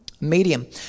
medium